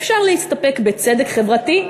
אפשר להסתפק בצדק חברתי.